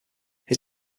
his